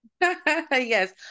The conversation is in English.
Yes